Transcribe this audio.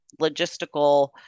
logistical